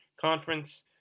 Conference